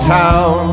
town